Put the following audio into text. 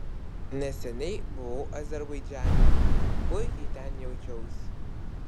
neseniai buvau azerbaidžane puikiai ten jaučiausi